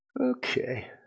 Okay